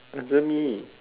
wasn't me